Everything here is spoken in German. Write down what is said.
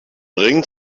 ring